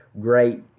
great